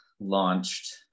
launched